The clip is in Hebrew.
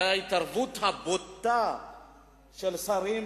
אותו מצרים.